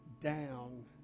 down